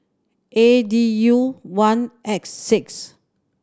A D U one X six